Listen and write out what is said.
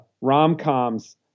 rom-coms